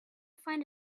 find